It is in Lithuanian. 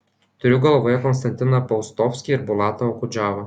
turiu galvoje konstantiną paustovskį ir bulatą okudžavą